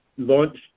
launched